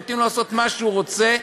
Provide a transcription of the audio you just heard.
נותנים לו לעשות מה שהוא רוצה.